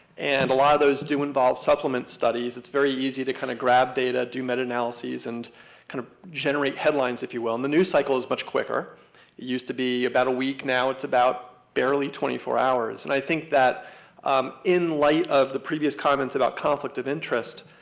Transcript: and a lot of those do involve supplement studies. it's very easy to kind of grab data, do meta analyses, and kind of generate headlines, if you will. and the news cycle is much quicker, it used to be about a week, now it's about, barely twenty four hours. and i think that in light of the previous comments about conflict of interest,